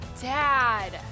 Dad